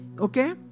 okay